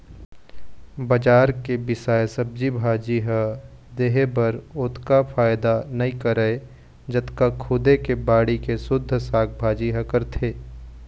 बजार के बिसाए सब्जी भाजी ह देहे बर ओतका फायदा नइ करय जतका खुदे के बाड़ी के सुद्ध साग भाजी ह करथे